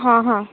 हां हां